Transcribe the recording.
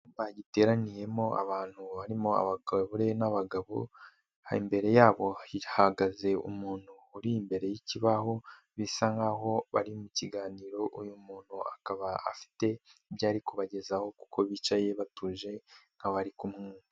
Icyumba ba giteraniyemo abantu barimo abagore n'abagabo, aho imbere yabo hahagaze umuntu uri imbere y'ikibaho, bisa nkaho bari mu kiganiro uyu muntu akaba afite ibyari kubagezaho kuko bicaye batuje nk'abari kumwumva.